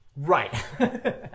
Right